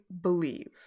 believe